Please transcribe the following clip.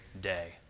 day